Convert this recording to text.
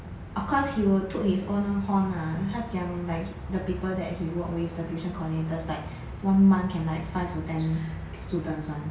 of course he will took his own horn ah 他讲 like the people that he worked with the tuition coordinators like one month can like five to ten students [one]